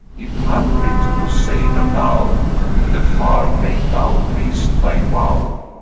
if haply to poseidon now in the far glade thou pay'st thy vow.